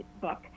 book